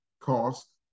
cost